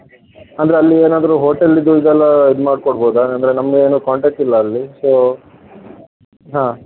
ಅಂದರೆ ಅಲ್ಲಿ ಏನಾದರು ಹೋಟೆಲ್ಲಿದು ಇದೆಲ್ಲ ಇದು ಮಾಡಿ ಕೊಡಬೋದ ಏನೆಂದ್ರೆ ನಮ್ಗೆ ಏನು ಕಾಂಟೆಕ್ಟ್ ಇಲ್ಲ ಅಲ್ಲಿ ಸೊ ಹಾಂ